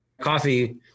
coffee